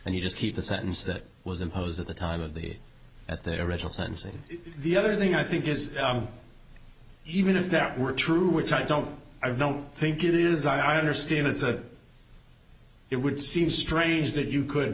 and you just keep the sentence that was imposed at the time of the at their original sentencing the other thing i think is even if that were true which i don't i don't think it is i understand it's a it would seem strange that you could